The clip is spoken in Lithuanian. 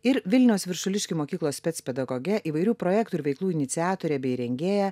ir vilniaus viršuliškių mokyklos spec pedagoge įvairių projektų ir veiklų iniciatore bei rengėja